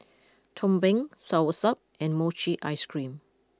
Tumpeng Soursop and Mochi Ice Cream